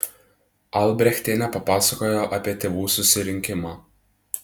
albrechtienė papasakojo apie tėvų susirinkimą